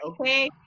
Okay